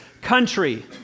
country